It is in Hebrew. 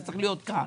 זה צריך להיות כאן.